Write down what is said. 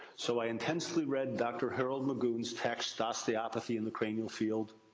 so, i intensely read dr. harold magoun's text osteopathy in the cranial field.